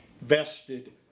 vested